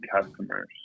customers